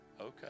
okay